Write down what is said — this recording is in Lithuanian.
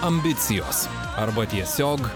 ambicijos arba tiesiog